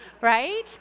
right